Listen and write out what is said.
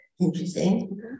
Interesting